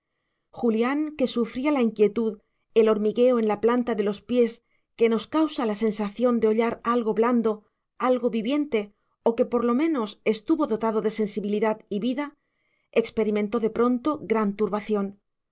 julián que sufría la inquietud el hormigueo en la planta de los pies que nos causa la sensación de hollar algo blando algo viviente o que por lo menos estuvo dotado de sensibilidad y vida experimentó de pronto gran turbación